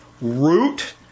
root